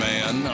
Man